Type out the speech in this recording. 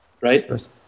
right